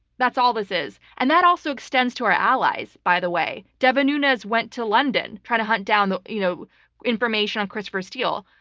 that's all this is. and that also extends to our allies, by the way. devon nunez went to london to try to hunt down the you know information on christopher steele.